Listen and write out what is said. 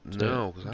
No